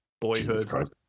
Boyhood